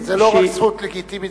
זו לא רק זכות לגיטימית,